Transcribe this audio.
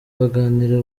baganire